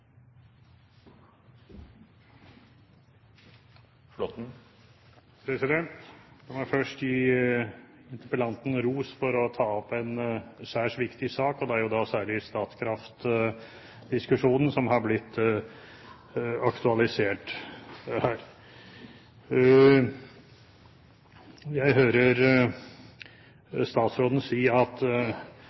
til grunn. La meg først gi interpellanten ros for å ta opp en særs viktig sak, og det er da særlig Statkraft-diskusjonen som har blitt aktualisert her. Jeg hører statsråden si at